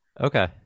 okay